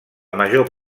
major